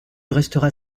resteras